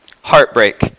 heartbreak